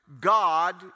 God